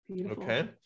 Okay